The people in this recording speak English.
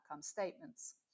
statements